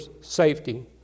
safety